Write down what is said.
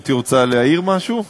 גברתי רוצה להעיר משהו?